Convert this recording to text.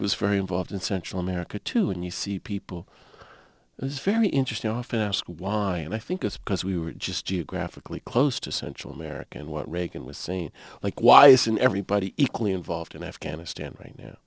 was very involved in central america too and you see people as very interesting often ask why and i think it's because we were just geographically close to central america and what reagan was saying like why isn't everybody equally involved in afghanistan right now